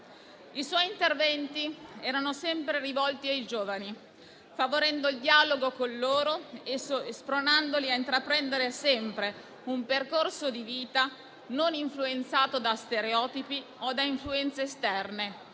I suoi interventi erano sempre rivolti ai giovani, favorendo il dialogo con loro e spronandoli a intraprendere sempre un percorso di vita non influenzato da stereotipi o da influenze esterne,